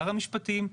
שר המשפטים,